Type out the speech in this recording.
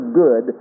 good